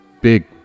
big